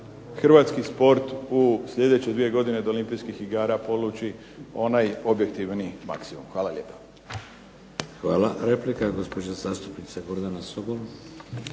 hrvatski sport u sljedeće dvije godine do Olimpijskih igara poluči onaj objektivni maksimum. Hvala lijepa. **Šeks, Vladimir (HDZ)** Hvala. Replika gospođa zastupnica Gordana Sobol.